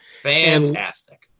Fantastic